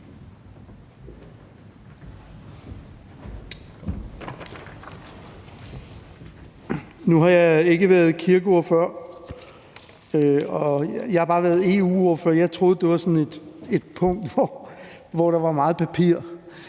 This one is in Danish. Nu har jeg ikke været kirkeordfører før; jeg har bare været EU-ordfører. Jeg troede, dét var sådan et område, hvor der var meget papir,